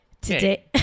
Today